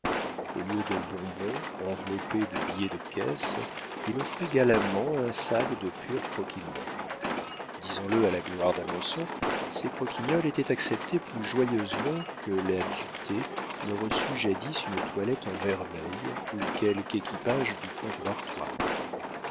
au lieu de bonbons enveloppés de billets de caisse il offrait galamment un sac de pures croquignoles disons-le à la gloire d'alençon ces croquignoles étaient acceptées plus joyeusement que la duthé ne reçut jadis une toilette en vermeil ou quelque équipage du comte d'artois